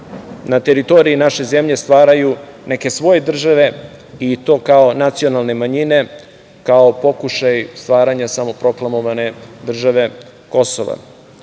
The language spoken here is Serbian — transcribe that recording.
na teritoriji naše zemlje stvaraju neke svoje države i to kao nacionalne manjine, kao pokušaj stvaranja samoproklamovane države Kosova. Uvažena